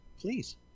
Please